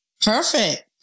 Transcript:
Perfect